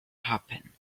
happen